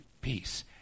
peace